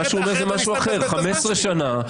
אחרת אני סתם מבזבז את הזמן שלי.